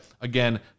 again